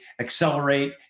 accelerate